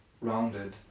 rounded